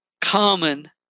common